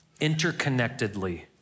interconnectedly